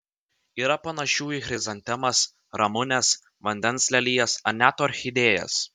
yra panašių į chrizantemas ramunes vandens lelijas ar net orchidėjas